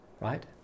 right